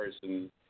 person